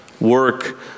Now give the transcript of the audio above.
work